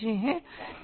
इसकी अपनी तकनीकें हैं